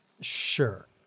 Sure